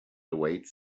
awaits